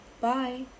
Bye